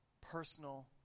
personal